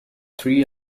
three